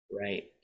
Right